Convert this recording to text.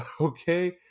okay